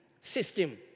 system